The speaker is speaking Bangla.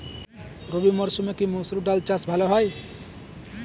রবি মরসুমে কি মসুর ডাল চাষ ভালো হয়?